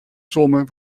sommen